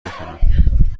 بکنم